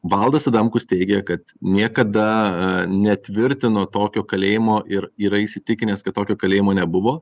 valdas adamkus teigia kad niekada netvirtino tokio kalėjimo ir yra įsitikinęs kad tokio kalėjimo nebuvo